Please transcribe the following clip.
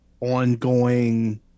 ongoing